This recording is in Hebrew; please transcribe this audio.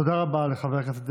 תודה רבה לחבר הכנסת דרעי.